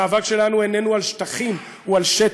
המאבק שלנו איננו על שטחים, הוא על שטח,